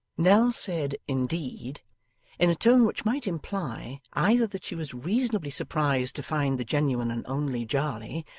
nell said indeed in a tone which might imply, either that she was reasonably surprised to find the genuine and only jarley,